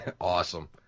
Awesome